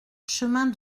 chemin